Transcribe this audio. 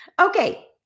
Okay